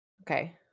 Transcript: Okay